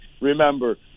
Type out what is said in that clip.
Remember